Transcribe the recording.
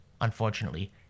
Unfortunately